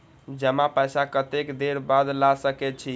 जमा पैसा कतेक देर बाद ला सके छी?